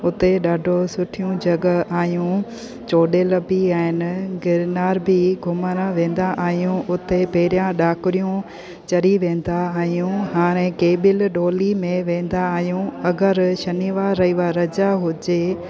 उते ॾाढो सुठियूं जॻह आहियूं चोडेल बि आहिनि गिरनार बि घुमणु वेंदा आहियूं उते पहिरियों डाकरियूं चढ़ी वेंदा हिआयूं हाणे केबिल डोली में वेंदा आहियूं अगरि शनिवार रविवार जा हुजे